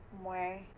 more